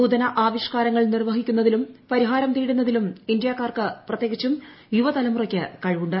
നൂതന ആവിഷ് കാരങ്ങൾ നിർവഹിക്കുന്നതിലും പരിഹാരം തേടുന്നതിലും ഇന്ത്യാക്കാർക്ക് പ്രത്യേകിച്ചും യുവതലമുറയ്ക്ക് കഴിവുണ്ട്